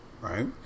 Right